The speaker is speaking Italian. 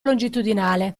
longitudinale